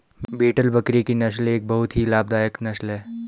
beetle बकरी की नस्ल एक बहुत ही लाभदायक नस्ल है